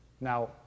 Now